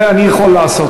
את זה אני יכול לעשות,